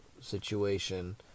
situation